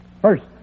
first